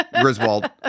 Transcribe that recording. Griswold